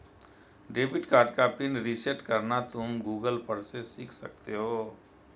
debit card का pin reset करना तुम गूगल पर से सीख सकते हो